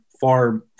far